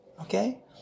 Okay